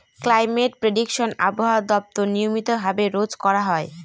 climate prediction আবহাওয়া দপ্তর নিয়মিত ভাবে রোজ করা হয়